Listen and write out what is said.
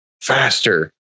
faster